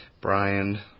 Brian